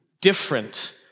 different